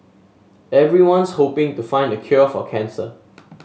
everyone's hoping to find the cure for cancer